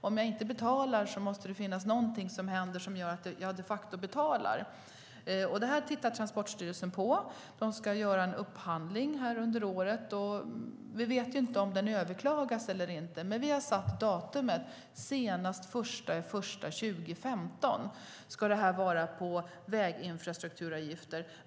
Om jag inte betalar måste det hända någonting som gör att jag de facto betalar. Detta tittar Transportstyrelsen på och gör en upphandling under året. Vi vet inte om den kommer att överklagas eller inte, men vi har satt datumet. Senast den 1 januari 2015 ska det vara väginfrastrukturavgifter.